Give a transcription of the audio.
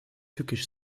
tückisch